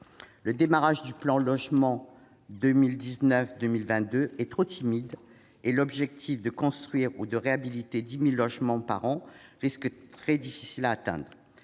Le démarrage du plan logement outre-mer 2019-2022 est bien trop timide et l'objectif de construire ou de réhabiliter 10 000 logements par an risque d'être très difficile à atteindre.